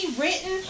written